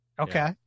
Okay